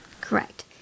Correct